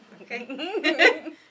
Okay